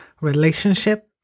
relationship